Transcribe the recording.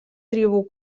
tribú